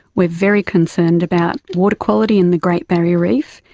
we are very concerned about water quality in the great barrier reef,